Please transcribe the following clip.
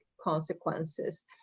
consequences